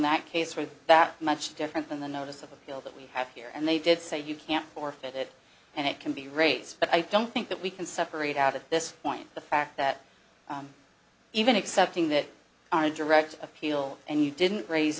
that case really that much different than the notice of appeal that we have here and they did say you can't or that and it can be rates but i don't think that we can separate out at this point the fact that i'm even accepting that on a direct appeal and you didn't raise